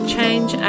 Change